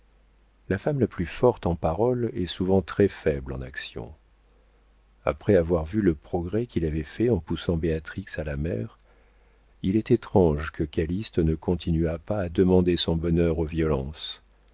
la femme la plus forte en paroles est souvent très faible en action après avoir vu le progrès qu'il avait fait en poussant béatrix à la mer il est étrange que calyste ne continuât pas à demander son bonheur aux violences